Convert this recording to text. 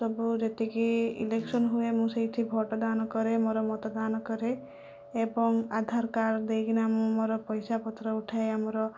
ସବୁ ଯେତିକି ଇଲେକ୍ସନ ହୁଏ ମୁଁ ସେହିଠି ଭୋଟ ଦାନ କରେ ମୋର ମତଦାନ କରେ ଏବଂ ଆଧାର କାର୍ଡ଼ ଦେଇକିନା ମୁଁ ମୋର ପଇସାପତ୍ର ଉଠାଏ ଆମର